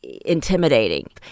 intimidating